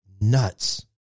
nuts